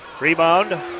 Rebound